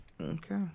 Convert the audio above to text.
Okay